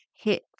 hit